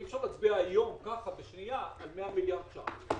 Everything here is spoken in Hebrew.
אי אפשר להצביע בשנייה על 100 מיליארד שקלים.